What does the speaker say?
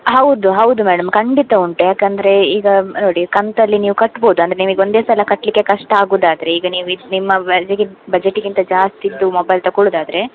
ಹೌದು ಹೌದು ಮೇಡಮ್ ಖಂಡಿತ ಉಂಟು ಯಾಕಂದರೆ ಈಗ ನೋಡಿ ಕಂತಲ್ಲಿ ನೀವು ಕಟ್ಬೋದು ಅಂದ್ರೆ ನೀವು ಈಗ ಒಂದೇ ಸಲ ಕಟ್ಟಲಿಕ್ಕೆ ಕಷ್ಟ ಆಗುದಾದರೆ ಈಗ ನೀವು ಇದು ನಿಮ್ಮ ಬಜೆಗಿದ್ ಬಜೆಟಿಗಿಂತ ಜಾಸ್ತಿ ಇದ್ದು ಮೊಬೈಲ್ ತಕೊಳ್ಳುದಾದ್ರೆ